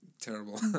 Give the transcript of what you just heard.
Terrible